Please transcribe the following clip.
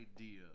idea